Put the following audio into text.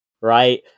right